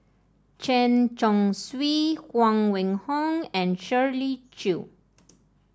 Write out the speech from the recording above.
Chen Chong Swee Huang Wenhong and Shirley Chew